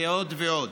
ועוד ועוד.